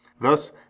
Thus